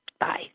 Bye